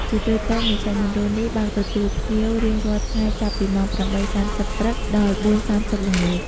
ជាទូទៅមជ្ឈមណ្ឌលនេះបើកទទួលភ្ញៀវ រៀងរាល់ថ្ងៃ ចាប់ពីម៉ោង ៨:៣០ ព្រឹក ដល់ ៤:៣០ ល្ងាច ។